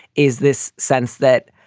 is this sense that.